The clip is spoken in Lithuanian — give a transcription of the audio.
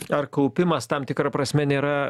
ar kaupimas tam tikra prasme nėra